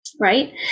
right